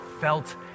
felt